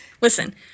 Listen